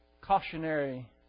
cautionary